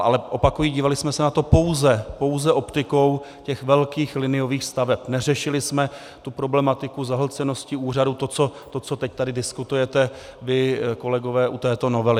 Ale opakuji, dívali jsme se na to pouze optikou velkých liniových staveb, neřešili jsme problematiku zahlcenosti úřadů, to, co teď tady diskutujete vy, kolegové, u této novely.